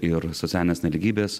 ir socialinės nelygybės